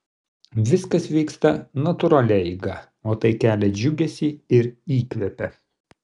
viskas vyksta natūralia eiga o tai kelia džiugesį ir įkvepia